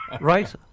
Right